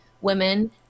women